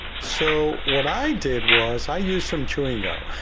so what i did was i use some chewing gum.